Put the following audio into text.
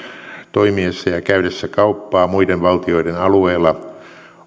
toimiessa ja käydessä kauppaa muiden valtioiden alueilla